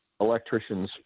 electricians